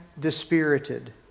dispirited